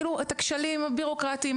את הכשלים הבירוקרטים,